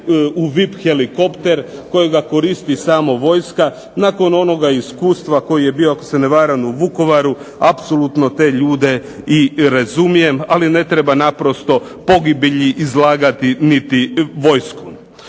u VIP helikopter kojeg koristi samo vojska, nakon onog iskustva koji je bio ako se ne varam u Vukovaru, apsolutno te ljude i razumijem, ali ne treba naprosto pogibelji izlagati niti vojsku.